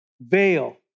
veil